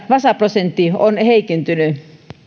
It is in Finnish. vasaprosentti on heikentynyt